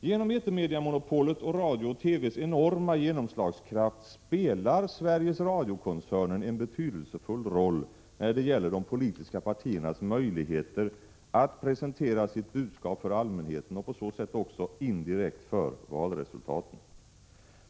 Genom etermediamonopolet och radions och televisionens enorma genomslagskraft spelar Sveriges Radio-koncernen en betydelsefull roll när det gäller de politiska partiernas möjligheter att presentera sitt budskap för allmänheten och på så sätt också indirekt för valresultaten.